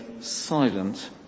silent